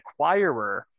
acquirer